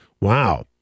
wow